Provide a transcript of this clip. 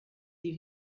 des